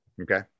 Okay